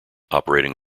operating